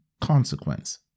consequence